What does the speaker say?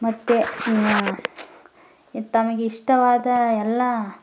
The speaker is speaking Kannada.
ಮತ್ತು ತಮಗಿಷ್ಟವಾದ ಎಲ್ಲ